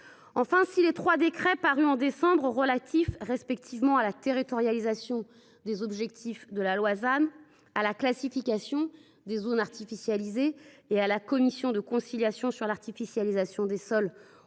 Enfin, si les trois décrets parus en décembre dernier, relatifs respectivement à la territorialisation des objectifs de la loi ZAN, à la classification des zones artificialisées et à la commission de conciliation sur l’artificialisation des sols,